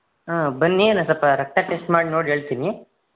ಹಾಂ ಬನ್ನಿ ನಾನು ಸ್ವಲ್ಪ ರಕ್ತ ಟೆಸ್ಟ್ ಮಾಡಿ ನೋಡಿ ಹೇಳ್ತೀನಿ